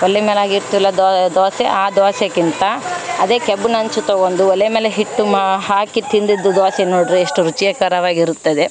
ಒಲೆ ಮೇಲಾಗಿ ಇಡ್ತಿವಲ್ಲ ದೋಸೆ ಆ ದೋಸೆಕ್ಕಿಂತ ಅದೇ ಕೆಬ್ಬುನಂಚು ತಗೊಂದು ಒಲೆ ಮೇಲೆ ಇಟ್ಟು ಮಾ ಹಾಕಿ ತಿಂದಿದ್ದು ದೋಸೆ ನೋಡ್ರಿ ಎಷ್ಟು ರುಚಿಕರವಾಗಿರುತ್ತದೆ